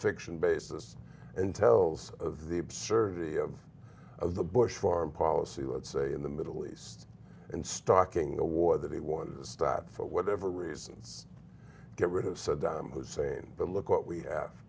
fiction basis and tells of the absurdity of of the bush foreign policy would say in the middle east and stocking the war that he won the stat for whatever reasons get rid of saddam hussein but look what we have